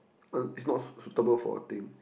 uh is not suitable for a thing